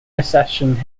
accession